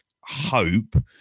hope